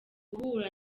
guhura